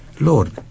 Lord